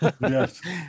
Yes